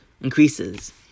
increases